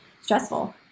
stressful